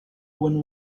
one